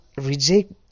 reject